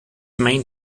main